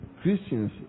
Christians